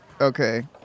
okay